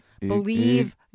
believe